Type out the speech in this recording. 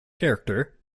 character